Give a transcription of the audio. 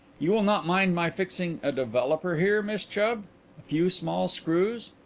you will not mind my fixing a developer here, miss chubb a few small screws?